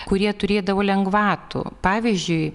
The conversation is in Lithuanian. kurie turėdavo lengvatų pavyzdžiui